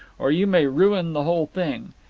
or you may ruin the whole thing.